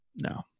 No